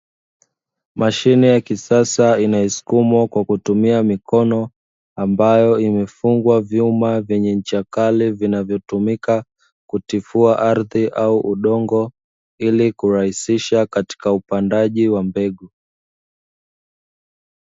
Mashine ya kisasa inayosukumwa kwa kutumia mikono, ambayo imefungwa vyumba vyenye ncha kali vinavyotumika kutifua ardhi au udongo, ili kurahisisha katika upandaji wa mbegu.